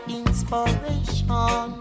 inspiration